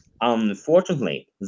Unfortunately